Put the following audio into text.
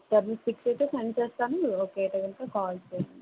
ఒకసారి మీకు ఫిక్స్ అయితే సెండ్ చేస్తాను ఓకే అయితే కనుక కాల్ చేయండి